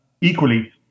equally